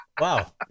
Wow